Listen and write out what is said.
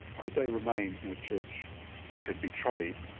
could they remain in a church which had betrayed,